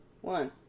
One